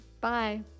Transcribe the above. Bye